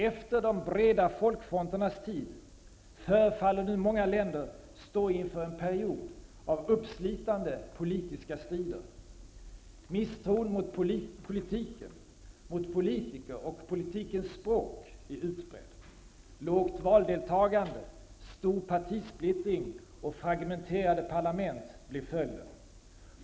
Efter de breda folkfronternas tid förefaller nu många länder stå inför en period av uppslitande politiska strider. Misstron mot politiken, mot politiker och politikens språk är utbredd. Lågt valdeltagande, stor partisplittring och fragmenterade parlament blir följden.